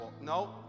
No